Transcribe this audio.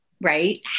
right